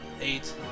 Eight